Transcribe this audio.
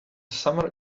summer